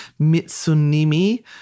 Mitsunimi